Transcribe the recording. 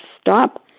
stop